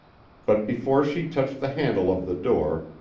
but before she touched the handle of the door,